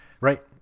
Right